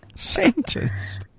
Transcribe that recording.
Sentence